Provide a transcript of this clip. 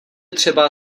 třeba